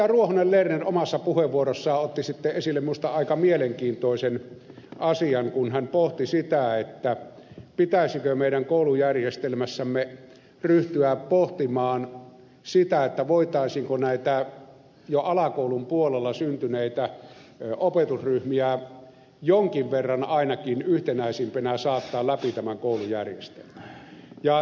ruohonen lerner omassa puheenvuorossaan otti sitten esille minusta aika mielenkiintoisen asian kun hän pohti sitä pitäisikö meidän koulujärjestelmässämme ryhtyä pohtimaan sitä voitaisiinko näitä jo alakoulun puolella syntyneitä opetusryhmiä jonkin verran ainakin yhtenäisimpinä saattaa läpi tämän koulujärjestelmän